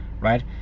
right